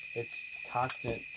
it's constant.